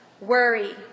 worry